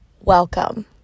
welcome